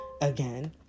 again